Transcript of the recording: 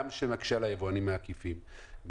מקשים על היבואנים העקיפים.